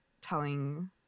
telling